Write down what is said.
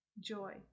joy